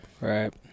Right